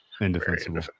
Indefensible